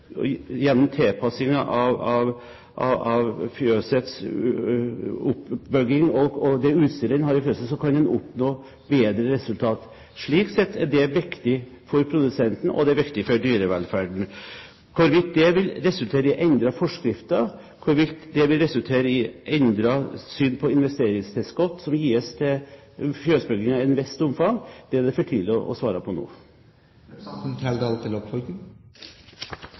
av fjøsets oppbygging og det utstyret en har i fjøset, kan en oppnå bedre resultat. Slik sett er det viktig for produsenten, og det er viktig for dyrevelferden. Hvorvidt det vil resultere i endrede forskrifter, hvorvidt det vil resultere i endret syn på investeringstilskudd som i et visst omfang gis til fjøsbygging, er det for tidlig å svare på